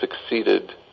succeeded